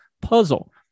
puzzle